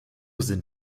sind